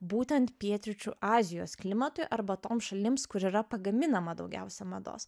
būtent pietryčių azijos klimatui arba toms šalims kur yra pagaminama daugiausia mados